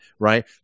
right